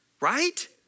right